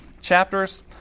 chapters